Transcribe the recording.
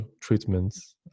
treatments